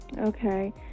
Okay